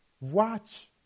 Watch